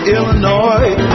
Illinois